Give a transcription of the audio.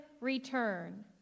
return